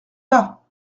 bas